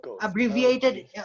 abbreviated